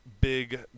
big